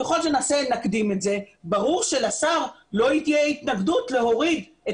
ככל שנקדים את זה ברור שלשר לא תהיה התנגדות להוריד את